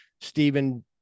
Stephen